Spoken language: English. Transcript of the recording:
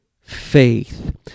faith